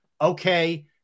okay